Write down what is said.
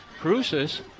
Cruces